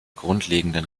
grundlegenden